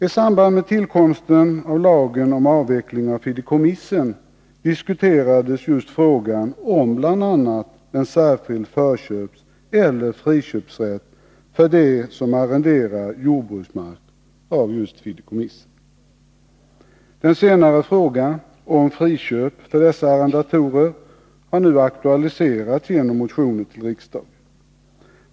I samband med tillkomsten av lagen om avveckling av fideikommissen diskuterades just frågan om bl.a. en särskild förköpseller friköpsrätt för dem som arrenderar jordbruksmark av fideikommissen. Den senare frågan, om friköp för dessa arrendatorer, har nu aktualiserats genom motioner till riksdagen.